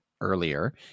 earlier